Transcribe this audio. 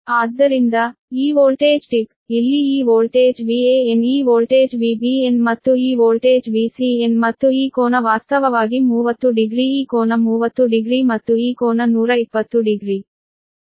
ಆದ್ದರಿಂದ ಈ voltage tip ಇಲ್ಲಿ ಈ ವೋಲ್ಟೇಜ್ Van ಈ ವೋಲ್ಟೇಜ್ Vbn ಮತ್ತು ಈ ವೋಲ್ಟೇಜ್ Vcn ಮತ್ತು ಈ ಕೋನ ವಾಸ್ತವವಾಗಿ 30 degree ಈ ಕೋನ 30 degree ಮತ್ತು ಈ ಕೋನ 120 ಡಿಗ್ರಿ